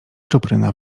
czupryna